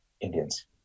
Indians